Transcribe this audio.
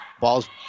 Ball's